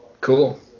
cool